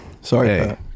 sorry